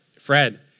Fred